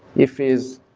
if he's